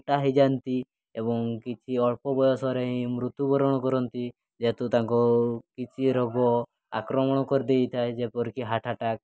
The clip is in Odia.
ମୋଟା ହୋଇଯାଆନ୍ତି ଏବଂ କିଛି ଅଳ୍ପ ବୟସରେ ହିଁ ମୃତ୍ୟୁବରଣ କରନ୍ତି ଯେହେତୁ ତାଙ୍କ କିଛି ରୋଗ ଆକ୍ରମଣ କରିଦେଇଥାଏ ଯେପରିକି ହାର୍ଟ୍ ଆଟାକ୍